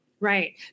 Right